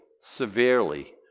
Severely